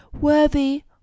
worthy